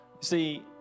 see